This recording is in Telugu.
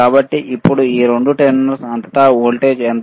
కాబట్టి ఇప్పుడు ఈ రెండు టెర్మినల్ అంతటా వోల్టేజ్ ఎంత